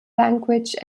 language